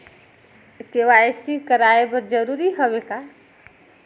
KYC कराय बर जरूरी हवे का?